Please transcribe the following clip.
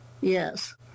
Yes